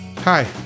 Hi